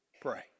pray